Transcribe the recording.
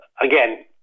again